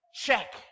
check